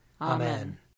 Amen